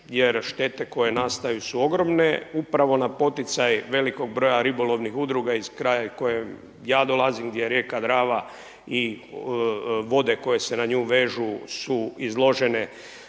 jer štete koje nastaju su ogromne. Upravo na poticaj velikog broja ribolovnih udruga iz kraja iz kojeg ja dolazi gdje je rijeka Drava i vode koje se na nju vežu su izložene